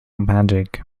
magic